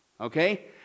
okay